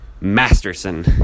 Masterson